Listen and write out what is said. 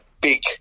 big